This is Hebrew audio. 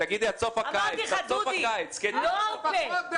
לא ארפה.